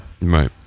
right